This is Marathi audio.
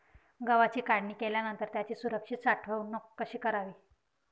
गव्हाची काढणी केल्यानंतर त्याची सुरक्षित साठवणूक कशी करावी?